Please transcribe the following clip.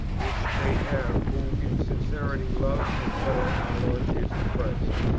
which they have, who in sincerity love and follow our lord jesus christ?